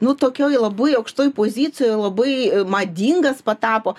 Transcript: nu tokioj labai aukštoj pozicijoj labai madingas patapo